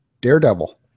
Daredevil